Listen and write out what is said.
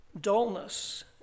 Dullness